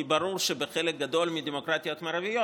כי ברור שבחלק גדול מהדמוקרטיות המערביות